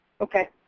Okay